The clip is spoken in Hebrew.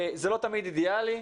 זה לא תמיד אידיאלי,